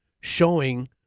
showing